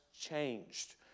changed